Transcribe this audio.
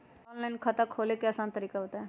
Online खाता खोले के आसान तरीका बताए?